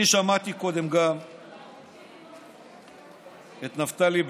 אני שמעתי קודם גם את נפתלי בנט,